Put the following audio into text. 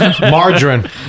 Margarine